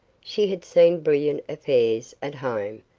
she had seen brilliant affairs at home,